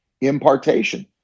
impartation